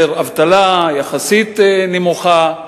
אבטלה יחסית נמוכה.